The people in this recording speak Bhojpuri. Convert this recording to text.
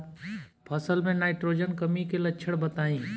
फसल में नाइट्रोजन कमी के लक्षण बताइ?